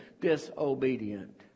disobedient